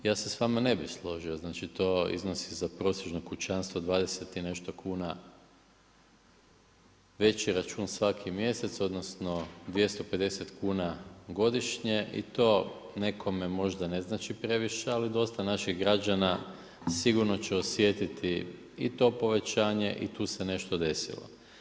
Ja se s vama ne bi složio, znači to iznosi za prosječno kućanstvo 20 i nešto kuna veći račun svaki mjesec, odnosno, 250 kn godišnje i to nekome možda ne znači previše, ali dosta naših građana sigurno će osjetiti i to povećanje i tu se nešto desilo.